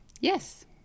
Yes